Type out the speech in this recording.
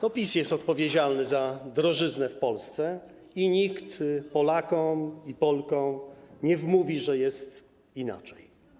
To PiS jest odpowiedzialny za drożyznę w Polsce i nikt Polakom i Polkom nie wmówi, że jest inaczej.